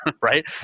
Right